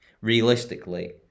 Realistically